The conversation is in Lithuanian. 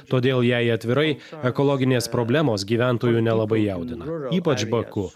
todėl jei atvirai ekologinės problemos gyventojų nelabai jaudina ypač baku